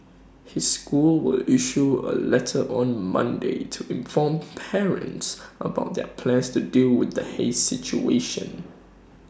his school will issue A letter on Monday to inform parents about their plans to deal with the haze situation